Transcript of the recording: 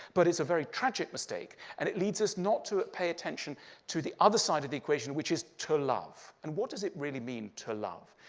but it's a very tragic mistake. and it leads us not to pay attention to the other side of the equation, which is to love. and what does it really mean to love?